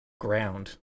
ground